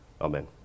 Amen